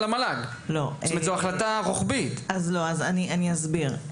אני אסביר,